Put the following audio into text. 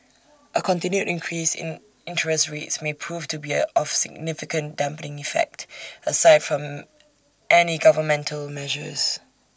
A continued increase in interest rates may prove to be of significant dampening effect aside from any governmental measures